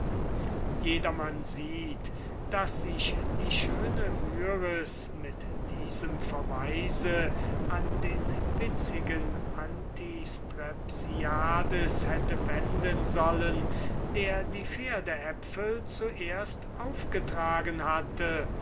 jedermann sieht daß sich die schöne myris mit diesem verweise an den witzigen antistrepsiades hätte wenden sollen der die pferdäpfel zuerst aufgetragen hatte